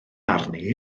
arni